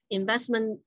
investment